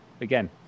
Again